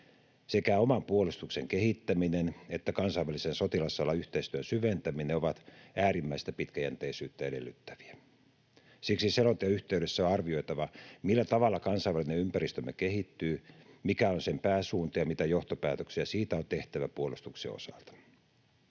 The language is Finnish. Sekä oman puolustuksen kehittäminen että kansainvälisen sotilasalan yhteistyön syventäminen ovat äärimmäistä pitkäjänteisyyttä edellyttäviä. Siksi selonteon yhteydessä on arvioitava, millä tavalla kansainvälinen ympäristömme kehittyy, mikä on sen pääsuunta ja mitä johtopäätöksiä siitä on tehtävä puolustuksen osalta.